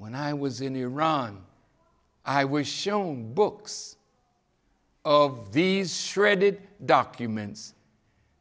when i was in iran i wish shown books of these shredded documents